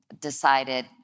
decided